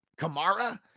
Kamara